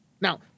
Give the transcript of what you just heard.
Now